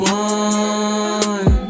one